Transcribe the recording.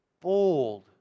Bold